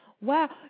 Wow